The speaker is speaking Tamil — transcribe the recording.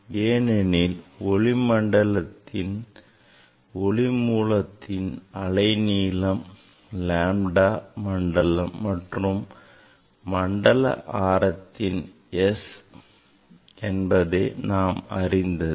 ஏனெனில் ஒளி மூலத்தின் அலைநீளம் lambda மற்றும் மண்டல ஆரத்தின் s என்பது நாம் அறிந்ததே